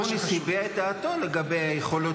השופט גרוניס הביע את דעתו לגבי היכולות